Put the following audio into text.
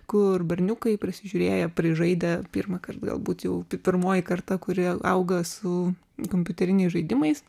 kur berniukai prisižiūrėję prižaidę pirmąkart galbūt jau pir pirmoji karta kurioje auga su kompiuteriniais žaidimais